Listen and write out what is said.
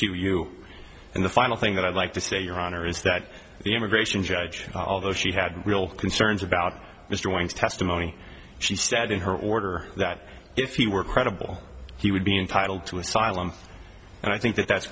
to you and the final thing that i'd like to say your honor is that the immigration judge although she had real concerns about mr wang's testimony she said in her order that if he were credible he would be entitled to asylum and i think that that's